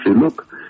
look